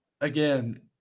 again